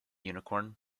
unicorn